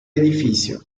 edificio